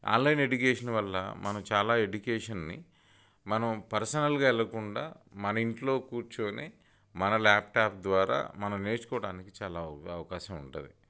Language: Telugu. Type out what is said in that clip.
ఆన్లైన్ ఎడ్యుకేషన్ వల్ల మనం చాలా ఎడ్యుకేషన్ని మనం పర్సనల్గా వెళ్ళకుండా మన ఇంట్లో కూర్చోని మన ల్యాప్ట్యాప్ ద్వారా మనం నేర్చుకోటానికి చాలా అవకాశం ఉంటుంది